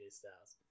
Styles